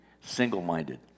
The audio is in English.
single-minded